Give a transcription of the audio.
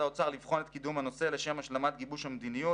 האוצר לבחון את קידום הנושא לשם השלמת גיבוש המדיניות,